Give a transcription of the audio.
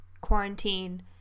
quarantine